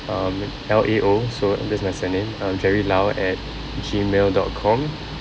um L A O so that's my surname um jerry lao at Gmail dot com